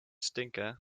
stinker